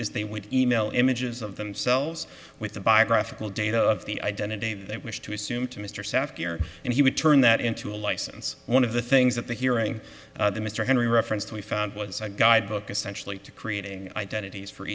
is they would email images of themselves with the biographical data of the identity they wish to assume to mr safir and he would turn that into a license one of the things that the hearing mr henry referenced we found was a guidebook essentially to creating identities for